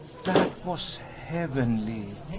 that was heavenly!